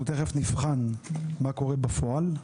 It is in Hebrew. אנחנו תכף נבחן מה קורה בפועל.